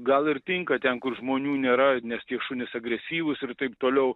gal ir tinka ten kur žmonių nėra nes tie šunys agresyvūs ir taip toliau